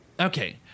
Okay